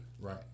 Right